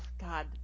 God